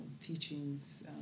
teachings